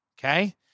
Okay